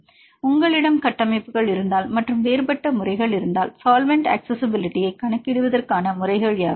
ஆம் உங்களிடம் கட்டமைப்புகள் இருந்தால் மற்றும் வேறுபட்ட முறைகள் இருந்தால் சால்வெண்ட் அக்சஸிஸிபிலிட்டியை கணக்கிடுவதற்கான முறைகள் யாவை